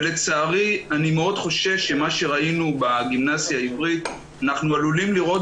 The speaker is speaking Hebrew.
לצערי אני חושש מאוד שמה שראינו בגימנסיה העברית אנחנו עלולים לראות